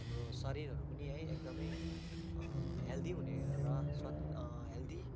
हाम्रो शरीरहरू पनि है एकदमै हेल्दी हुने र स्वास्थ्य हेल्दी